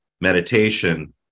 meditation